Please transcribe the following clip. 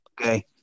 okay